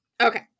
okay